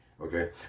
Okay